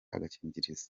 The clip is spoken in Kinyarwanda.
agakingirizo